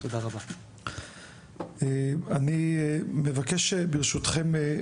אני מבקש ברשותכם,